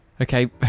Okay